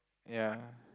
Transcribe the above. ya